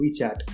WeChat